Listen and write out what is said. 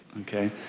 okay